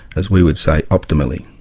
as we would say, optimally.